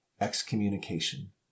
excommunication